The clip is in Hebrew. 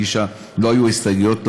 לא היו הסתייגויות להצעה,